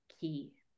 key